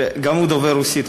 שגם הוא דובר רוסית,